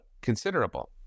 considerable